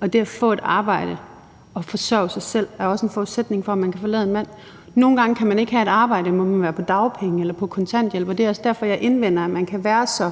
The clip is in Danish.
og det at få et arbejde og forsørge sig selv er også en forudsætning for, at man kan forlade en mand. Nogle gange kan folk ikke have et arbejde, men må være på dagpenge eller på kontanthjælp, og det er også derfor, jeg indvender, at man kan være så